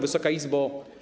Wysoka Izbo!